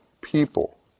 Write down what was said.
people